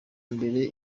mbere